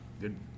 good